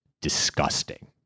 disgusting